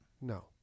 no